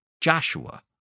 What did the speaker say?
Joshua